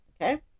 Okay